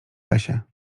lesie